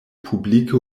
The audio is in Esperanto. publike